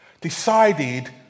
decided